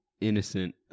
innocent